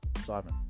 Simon